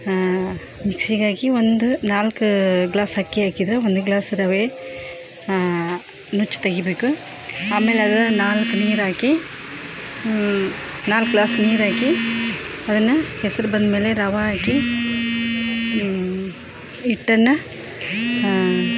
ಹಾಂ ಮಿಕ್ಸಿಗೆ ಹಾಕಿ ಒಂದು ನಾಲ್ಕು ಗ್ಲಾಸ್ ಅಕ್ಕಿ ಹಾಕಿದ್ರೆ ಒಂದು ಗ್ಲಾಸ್ ರವೆ ನುಚ್ಚು ತೆಗಿಬೇಕು ಆಮೇಲೆ ಅದು ನಾಲ್ಕು ನೀರಾಕಿ ನಾಲ್ಕು ಗ್ಲಾಸ್ ನೀರು ಹಾಕಿ ಅದನ್ನು ಹೆಸ್ರು ಬಂದ್ಮೇಲೆ ರವೆ ಹಾಕಿ ಹಿಟ್ಟನ್ನು